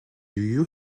you